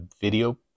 video